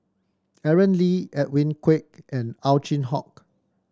Aaron Lee Edwin Koek and Ow Chin Hock